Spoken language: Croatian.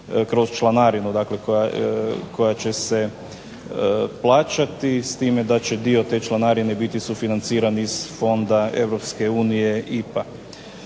kroz članarinu dakle koja će se plaćati, s time da će dio te članarine biti sufinanciran iz fonda Europske